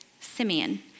Simeon